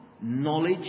knowledge